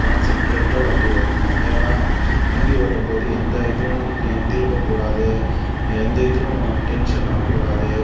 கான்செண்ட்ரேட்டாக வண்டி ஓட்டணும் ஏன்னால் வண்டி ஓட்டும் போது எந்த இதுவும் திரும்பக்கூடாது எந்த இதுவும் டென்ஷன் ஆகக்கூடாது